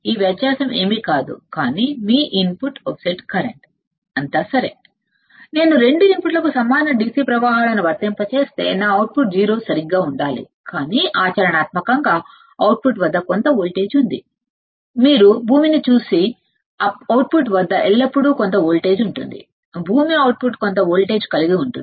ఈ వ్యత్యాసం మరేమి కాదు కానీ మీ ఇన్పుట్ ఆఫ్సెట్ కరెంట్ మంచిది నేను రెండు ఇన్పుట్లకు సమాన DC కర్రెంట్లను వర్తింపజేస్తే నా అవుట్పుట్ 0 సరిగ్గా ఉండాలి కానీ ఆచరణాత్మకంగా అవుట్పుట్ వద్ద కొంత వోల్టేజ్ ఉంది మీరు భూమిని చూసే అవుట్పుట్ వద్ద ఎల్లప్పుడూ కొంత వోల్టేజ్ ఉంటుంది భూమి అవుట్పుట్ కొంత వోల్టేజ్ కలిగి ఉంటుంది